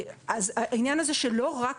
אז העניין הזה שלא רק